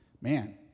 Man